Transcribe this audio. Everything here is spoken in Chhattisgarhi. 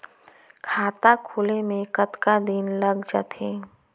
खाता खुले में कतका दिन लग जथे?